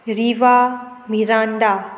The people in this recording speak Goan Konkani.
रिवा मिरांडा